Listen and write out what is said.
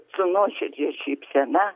su nuoširdžia šypsena